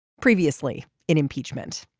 previously in impeachment